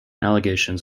allegations